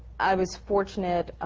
i was fortunate,